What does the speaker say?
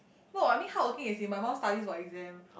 no I mean hardworking as in my mum studies for exam